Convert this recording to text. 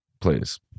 please